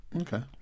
Okay